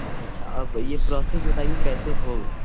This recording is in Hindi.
अच्छा अब ये प्रोसेस बताइए कैसे होगा